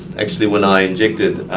actually, when i injected